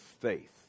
faith